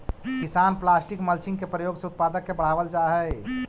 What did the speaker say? किसान plastic mulching के प्रयोग से उत्पादक के बढ़ावल जा हई